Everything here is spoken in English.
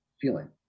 feeling